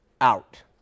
Out